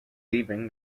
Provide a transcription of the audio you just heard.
leaving